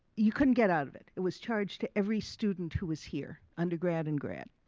you couldn't get out of it. it was charged to every student who was here, undergrad and grad.